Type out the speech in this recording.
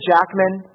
Jackman